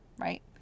Right